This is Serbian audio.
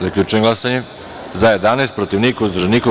Zaključujem glasanje: za – 11, protiv – niko, uzdržanih – nema.